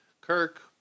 Kirk